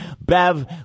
Bev